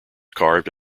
carved